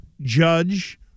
judge